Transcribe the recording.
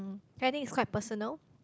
okay I think it's quite personal